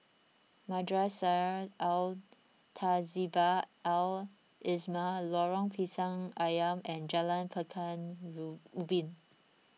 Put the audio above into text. Madrasah Al Tahzibiah Al Islamiah Lorong Pisang Asam and Jalan Pekan Ubin